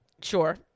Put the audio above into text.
sure